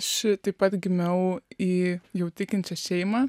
aš taip pat gimiau į jau tikinčią šeimą